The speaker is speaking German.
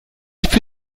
für